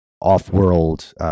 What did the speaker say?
off-world